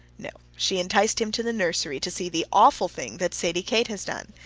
no she enticed him to the nursery to see the awful thing that sadie kate has done.